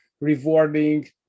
rewarding